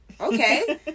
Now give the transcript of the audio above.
okay